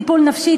טיפול נפשי,